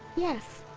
yes!